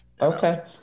Okay